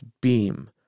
beam